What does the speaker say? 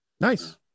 Nice